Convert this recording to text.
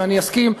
ואני אסכים,